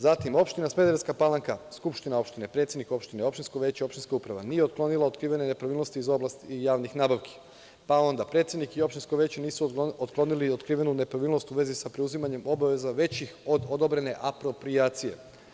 Zatim, opština Smederevska Palanka, skupština opštine, predsednik opštine, opštinsko veće, opštinska uprava, nije otklonila otkrivene nepravilnosti iz oblasti javnih nabavki, pa onda predsednik i opštinsko veće nisu otklonili otkrivenu nepravilnost u vezi sa preuzimanjem obaveza većih od odobrene aproprijacije.